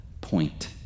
point